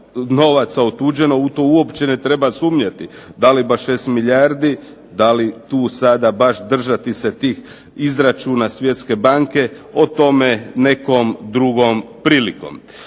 novaca otuđeno u to ne treba sumnjati. Da li baš 6 milijardi, da li tu baš sada držati se tih izračuna Svjetske banke, o tome nekom drugom prilikom.